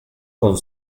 con